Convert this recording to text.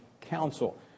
Council